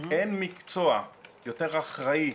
אין מקצוע יותר אחראי,